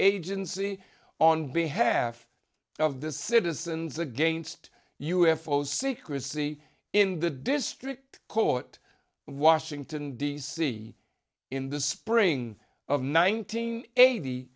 agency on behalf of the citizens against u f o secrecy in the district court washington d c in the spring of nineteen eighty